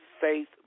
faith